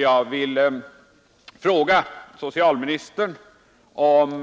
Jag vill fråga socialministern om